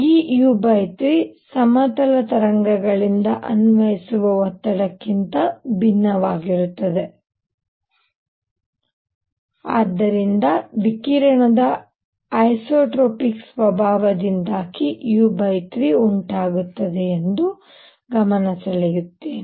ಈ u3 ಸಮತಲ ತರಂಗಗಳಿಂದ ಅನ್ವಯಿಸುವ ಒತ್ತಡಕ್ಕಿಂತ ಭಿನ್ನವಾಗಿರುತ್ತದೆ ಆದ್ದರಿಂದ ವಿಕಿರಣದ ಐಸೊಟ್ರೊಪಿಕ್ ಸ್ವಭಾವದಿಂದಾಗಿ u3 ಉಂಟಾಗುತ್ತದೆ ಎಂದು ಗಮನಸೆಳೆಯುತ್ತೇನೆ